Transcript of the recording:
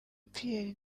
pierre